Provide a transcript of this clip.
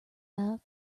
out